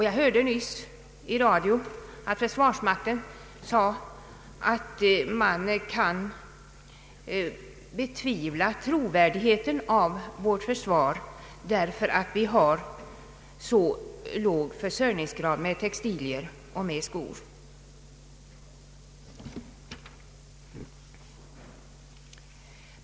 Jag hörde nyss i radio att en representant för försvarsmakten sade att man kan betvivla effektiviteten av vårt försvar därför att vi har så låg försörjningsgrad beträffande textilier och skor.